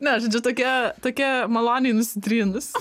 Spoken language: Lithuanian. ne žodžiu tokia tokia maloniai nusitrynus